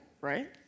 right